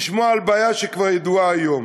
לשמוע על בעיה שכבר ידועה היום.